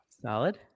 Solid